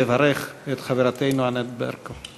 לברך את חברתנו ענת ברקו.